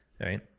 right